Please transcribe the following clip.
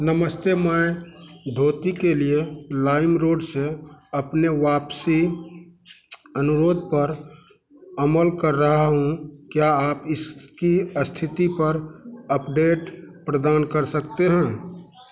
नमस्ते मैं धोती के लिए लाइम रोड से अपनी वापसी अनुरोध पर अमल कर रहा हूँ क्या आप इसकी इस्थिति पर अपडेट प्रदान कर सकते हैं